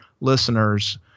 listeners